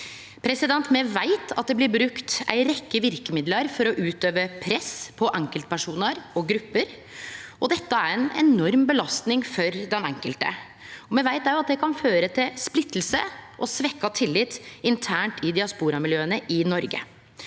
Me veit at det blir brukt ei rekkje verkemiddel for å utøve press på enkeltpersonar og grupper, og dette er ei enorm belasting for den enkelte. Me veit òg at det kan føre til splitting og svekt tillit internt i diasporamiljøa i Noreg.